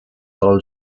all